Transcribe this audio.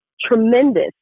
tremendous